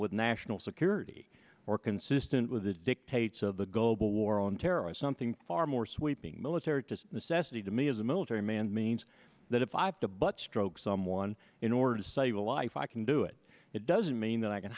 with national security or consistent with the dictates of the global war on terror something far more sweeping military does necessity to me as a military man means that if i have to but stroke someone in order to save a life i can do it it doesn't mean that i can